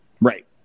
Right